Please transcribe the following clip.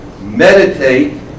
Meditate